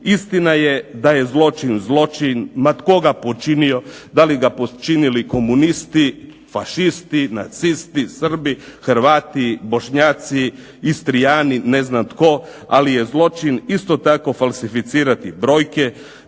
Istina je da je zločin zločin ma tko ga počinio, da li ga počinili komunisti, fašisti, nacisti, Srbi, Hrvati, Bošnjaci, Istrijani, ne znam tko, ali je zločin isto tako falsificirati brojke,